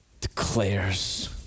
declares